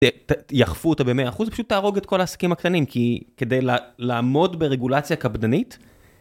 יאכפו אותה במאה אחוז פשוט תהרוג את כל העסקים הקטנים כי כדי לעמוד ברגולציה קפדנית.